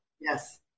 yes